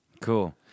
Cool